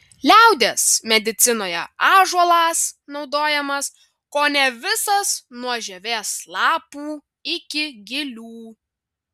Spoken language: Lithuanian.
liaudies medicinoje ąžuolas naudojamas kone visas nuo žievės lapų iki gilių